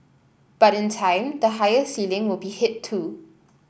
but in time the higher ceiling will be hit too